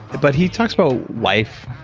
but, he talks about life,